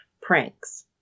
pranks